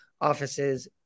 offices